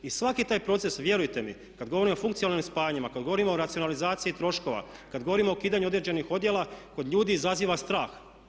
I svaki taj proces, vjerujte mi kada govorimo o funkcionalnim spajanjima, kada govorimo o racionalizaciji troškova, kada govorimo o ukidanju određenih odjela kod ljudi izaziva strah.